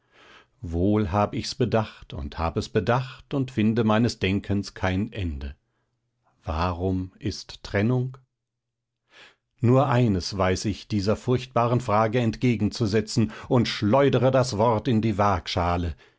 wohl hab ich's bedacht und hab es bedacht und finde meines denkens kein ende warum ist trennung nur eines weiß ich dieser furchtbaren frage entgegenzusetzen und schleudere das wort in die